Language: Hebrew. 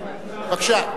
בבקשה.